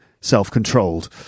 self-controlled